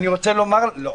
לא.